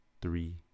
three